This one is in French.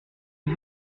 une